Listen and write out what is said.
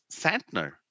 Santner